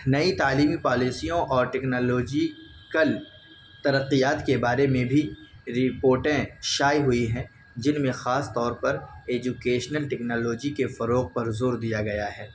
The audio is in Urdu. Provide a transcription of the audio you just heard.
نئی تعلیمی پالیسیوں اور ٹکنالوجی کل ترقیات کے بارے میں بھی رپوٹیں شائع ہوئی ہیں جن میں خاص طور پر ایجوکیشنل ٹکنالوجی کے فروغ پر زور دیا گیا ہے